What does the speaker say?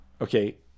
okay